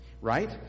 right